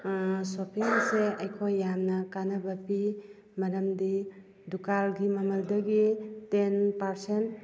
shopping ꯑꯁꯦ ꯑꯁꯦ ꯑꯩꯈꯣꯏ ꯌꯥꯝꯅ ꯀꯟꯅꯕ ꯄꯤ ꯃꯔꯝꯗꯤ ꯗꯨꯀꯥꯟꯒꯤ ꯃꯃꯜꯗꯒꯤ ꯇꯦꯟ ꯄꯔꯁꯦꯟ